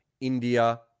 India